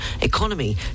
economy